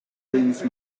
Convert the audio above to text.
prince